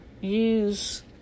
use